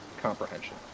comprehension